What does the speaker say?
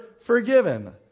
forgiven